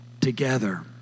together